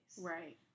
Right